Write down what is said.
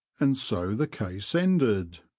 and so the case ended.